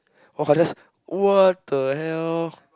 !!wah!! that's what the hell